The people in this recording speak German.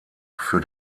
für